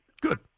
Good